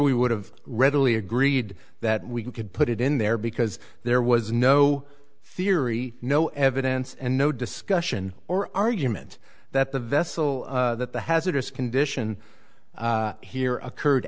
we would have readily agreed that we could put it in there because there was no theory no evidence and no discussion or argument that the vessel that the hazardous condition here occurred